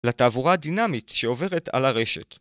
‫לתעבורה הדינמית שעוברת על הרשת.